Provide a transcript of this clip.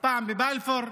פעם בבלפור,